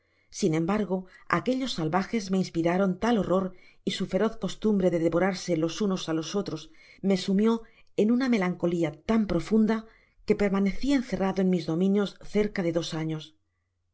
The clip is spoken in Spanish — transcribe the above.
sin embargo aquellos salvajes me inspiraron tal horror y su feroz cosiumt bre de devorarse los unos á los otros me sumió en una melancolia tan profunda que permaneci encerradq en mis dominios cerca de dos años